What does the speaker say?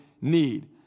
need